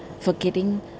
forgetting